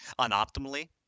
Unoptimally